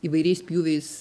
įvairiais pjūviais